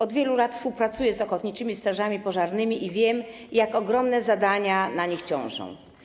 Od wielu lat współpracuję z ochotniczymi strażami pożarnymi i wiem, jak ogromne zadania na nich ciążą.